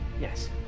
Yes